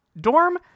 dorm